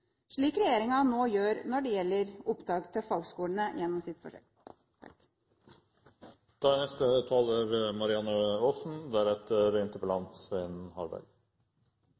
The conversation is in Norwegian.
slik regjeringa nå gjør når det gjelder opptak til fagskolene, gjennom sitt forsøk. Dette er